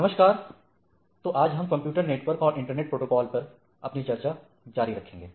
नमस्कार तो आज हम कंप्यूटर नेटवर्क और इंटरनेट प्रोटोकॉल पर अपनी चर्चा जारी रखेंगे